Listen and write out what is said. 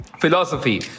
philosophy